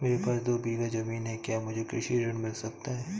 मेरे पास दो बीघा ज़मीन है क्या मुझे कृषि ऋण मिल सकता है?